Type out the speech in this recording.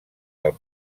del